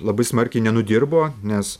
labai smarkiai nenudirbo nes